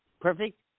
perfect